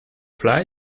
fly